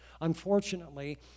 Unfortunately